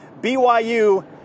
BYU